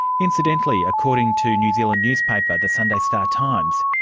incidentally, according to new zealand newspaper the sunday star times,